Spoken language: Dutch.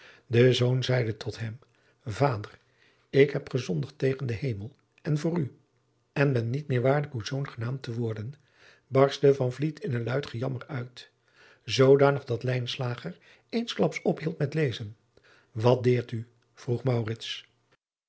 de zoon zeide tot hem vader ik heb gezondigd tegen den hemel en voor u en ben niet meer waardig uw zoon genaamd te worden barstte van vliet in een luid gejammer uit zoodanig dat lijnslager eensklaps ophield met lezen wat deert u vroeg